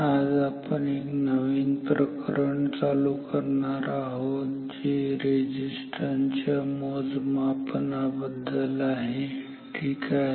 आज आपण एक नवीन प्रकरण चालू करणार आहोत जे आहे रेझिस्टन्स च्या मोजमापनाबद्दल ठीक आहे